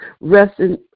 resting